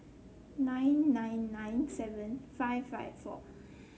nine nine nine seven five five four